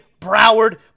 Broward